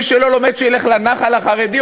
מי שלא לומד שילך לנח"ל החרדי?